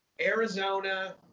Arizona